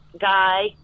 guy